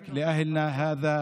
המאוחדת.